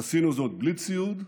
עשינו זאת בלי ציוד,